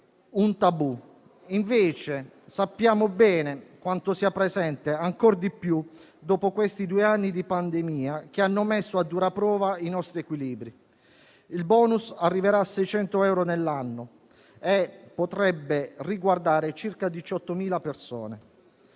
un tabù e che invece sappiamo bene quanto sia presente, ancor più dopo questi due anni di pandemia che hanno messo a dura prova i nostri equilibri. Il *bonus* arriverà a 600 euro nell'anno e potrebbe riguardare circa 18.000 persone.